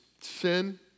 sin